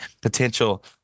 potential